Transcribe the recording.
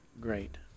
great